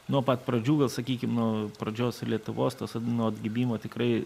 nuo pat pradžių gal sakykim nuo pradžios lietuvos tas at nuo atgimimo tikrai